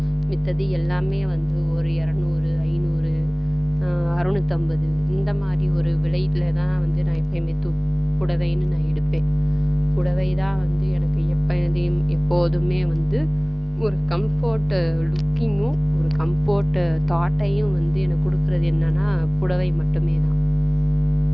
மத்தது எல்லாமே வந்து ஒரு எரநூறு ஐந்நூறு அறநூற்றைம்பது இந்த மாதிரி ஒரு விலையில் தான் வந்து நான் எப்பையுமே நான் புடவைன்னு நான் எடுப்பேன் புடவைதான் வந்து எனக்கு எப்போதுமே வந்து ஒரு கம்ஃபோர்ட்டு லுக்கிங்கும் ஒரு கம்ஃபோர்ட்டு தாட்டையும் வந்து எனக்கு கொடுக்குறது என்னென்னா புடவை மட்டுமே தான்